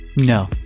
No